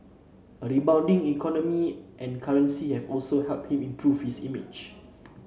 a rebounding economy and currency have also helped him improve his image